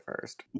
first